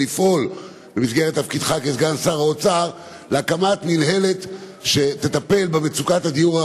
לפעול במסגרת תפקידך כסגן שר האוצר להקמת מינהלת שתטפל במצוקת הדיור,